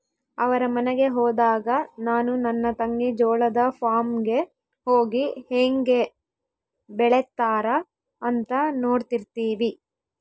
ಅವರ ಮನೆಗೆ ಹೋದಾಗ ನಾನು ನನ್ನ ತಂಗಿ ಜೋಳದ ಫಾರ್ಮ್ ಗೆ ಹೋಗಿ ಹೇಂಗೆ ಬೆಳೆತ್ತಾರ ಅಂತ ನೋಡ್ತಿರ್ತಿವಿ